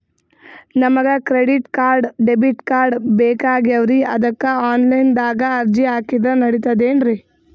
ನಮಗ credit card, debit card ಬೇಕಾಗ್ಯಾವ್ರೀ ಅದಕ್ಕ ಆನಲೈನದಾಗ ಅರ್ಜಿ ಹಾಕಿದ್ರ ನಡಿತದೇನ್ರಿ?